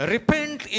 Repent